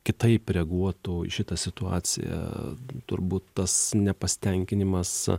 kitaip reaguotų į šitą situaciją turbūt tas nepasitenkinimas